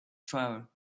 travel